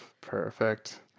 perfect